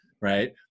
right